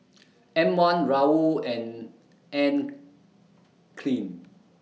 M one Raoul and Anne Klein